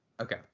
Okay